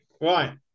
Right